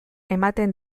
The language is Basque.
ematen